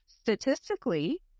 Statistically